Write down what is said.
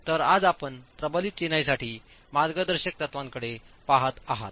तर आज आपण प्रबलित चिनाईसाठी मार्गदर्शक तत्त्वांकडे पाहत आहात